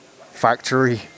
factory